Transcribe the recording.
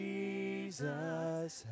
Jesus